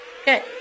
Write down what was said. Okay